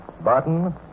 Barton